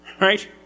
Right